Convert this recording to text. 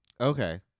Okay